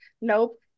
nope